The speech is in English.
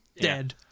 dead